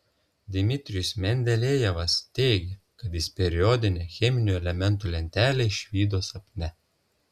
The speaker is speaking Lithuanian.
dmitrijus mendelejevas teigė kad jis periodinę cheminių elementų lentelę išvydo sapne